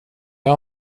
jag